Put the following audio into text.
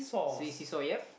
see see saw ya